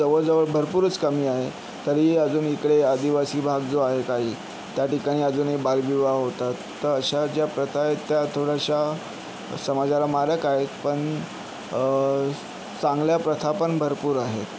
जवळजवळ भरपूरच कमी आहे तरी अजून इकडे आदिवासी भाग जो आहे काही त्या ठिकाणी अजूनही बालविवाह होतात तर अशा ज्या प्रथा आहेत त्या थोड्याशा समाजाला मारक आहेत पण चांगल्या प्रथा पण भरपूर आहेत